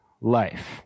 life